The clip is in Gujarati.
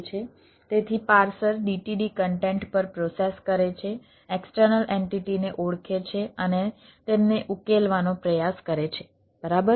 તેથી પાર્સર DTD કેન્ટેન્ટ પર પ્રોસેસ કરે છે એક્સટર્નલ એન્ટિટીને ઓળખે છે અને તેમને ઉકેલવાનો પ્રયાસ કરે છે બરાબર